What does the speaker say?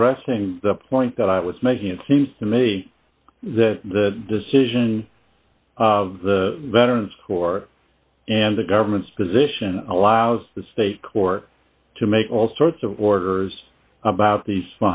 addressing the point that i was making it seems to me that the decision of the veterans for and the government's position allows the state court to make all sorts of orders about these